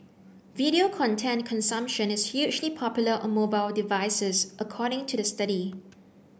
video content consumption is hugely popular on mobile devices according to the study